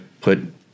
put